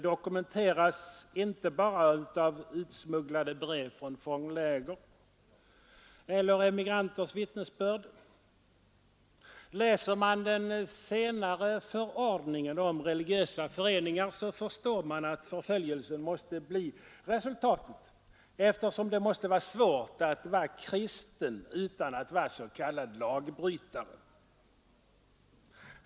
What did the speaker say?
dokumenteras inte bara av utsmugglade brev från fångläger eller emigranters vittnesbörd. Läser man den senare ”Förordningen om religiösa föreningar”, förstår man att förföljelse måste bli resultatet, eftersom det måste vara svårt att vara kristen utan att vara s.k. lagbrytare.